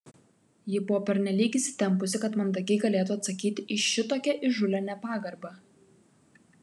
ji buvo pernelyg įsitempusi kad mandagiai galėtų atsakyti į šitokią įžūlią nepagarbą